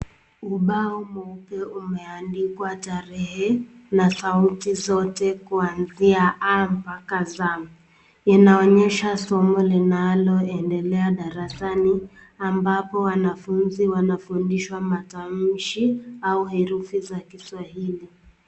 Ubao moja umeandikwa tarehe na sauti zote kuanzia a mpaka z. Inaonyesha somo linaloendelea darasani ambapo wanafunzi wanafundishwa matamshi au herufi za kiswahili.